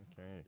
okay